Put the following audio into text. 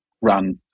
run